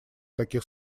таких